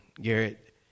Garrett